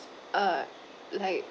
uh like